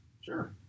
Sure